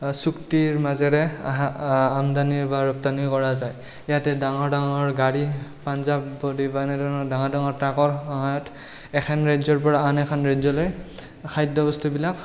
চুক্তিৰ মাজেৰে অহা আমদানী বা ৰপ্তানী কৰা যায় ইয়াতে ডাঙৰ ডাঙৰ গাড়ী পঞ্জাৱ বডি বা এনেধৰণৰ ডাঙৰ ডাঙৰ ট্ৰাকৰ সহায়ত এখন ৰাজ্যৰপৰা আন এখন ৰাজ্যলৈ খাদ্য বস্তুবিলাক